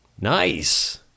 Nice